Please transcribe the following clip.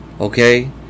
Okay